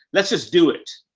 let's just do it.